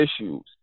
issues